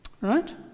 Right